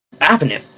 avenue